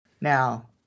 Now